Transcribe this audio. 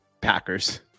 Packers